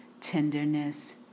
tenderness